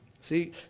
See